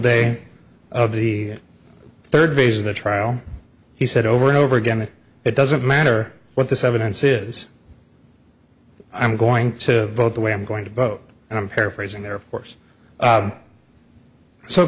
day of the third phase of the trial he said over and over again it doesn't matter what this evidence is i'm going to vote the way i'm going to vote and i'm paraphrasing their course so it